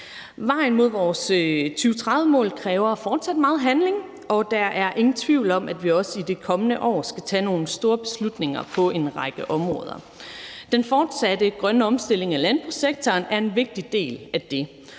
Vejen mod vores 2030-mål kræver fortsat meget handling, og der er ingen tvivl om, at vi også i de kommende år skal tage nogle store beslutninger på en række områder. Den fortsatte grønne omstilling af landbrugssektoren er en vigtig del af det.